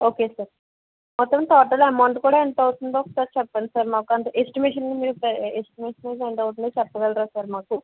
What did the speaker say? okay sir మొత్తం total amount కూడా ఎంత అవుతుందో ఒకసారి చెప్పండి సార్ మాకు చెప్పండి సార్ ఎస్టిమేట్ ఎస్టిమేషన్ చేసి ఎంత అవుతుందో చెప్పగలరా సార్ మాకు